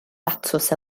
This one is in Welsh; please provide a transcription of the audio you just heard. datws